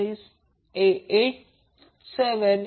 87 37